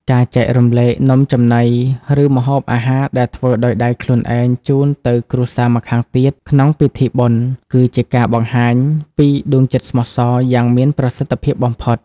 ការចែករំលែកនំចំណី ឬម្ហូបអាហារដែលធ្វើដោយដៃខ្លួនឯងជូនទៅគ្រួសារម្ខាងទៀតក្នុងពិធីបុណ្យ គឺជាការបង្ហាញពី "ដួងចិត្តស្មោះសរ យ៉ាងមានប្រសិទ្ធភាពបំផុត។